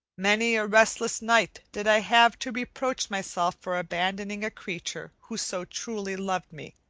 many a restless night did i have to reproach myself for abandoning a creature who so truly loved me